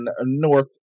North